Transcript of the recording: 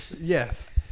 Yes